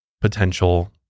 potential